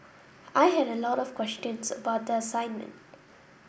I had a lot of questions about the assignment